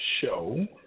show